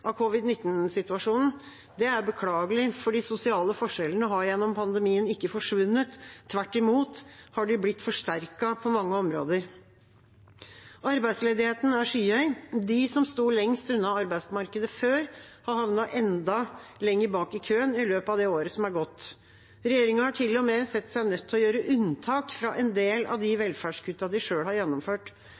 av covid-19-situasjonen. Det er beklagelig, for de sosiale forskjellene har gjennom pandemien ikke forsvunnet. Tvert imot har de blitt forsterket på mange områder. Arbeidsledigheten er skyhøy. De som sto lengst unna arbeidsmarkedet før, har havnet enda lenger bak i køen i løpet av det året som er gått. Regjeringa har til og med sett seg nødt til å gjøre unntak fra en del av de velferdskuttene de selv har gjennomført.